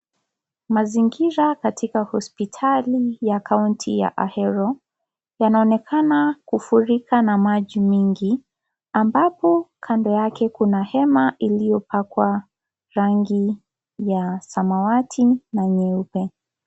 Mazingira katika hospitali ya kaunti ya Ahero. Yanaonekana kufurika na maji mingi, ambapo kando yake kuna hema iliyopakwa rangi ya samawati na nyeupe.